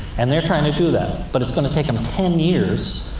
and they're trying to do that. but it's going to take them ten years,